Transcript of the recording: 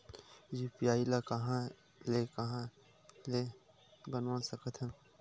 UPI ल कहां ले कहां ले बनवा सकत हन?